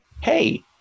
hey